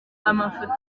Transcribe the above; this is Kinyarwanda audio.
amafoto